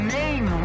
name